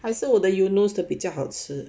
还是我的 eunos 的比较好吃